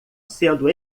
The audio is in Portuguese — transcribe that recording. sendo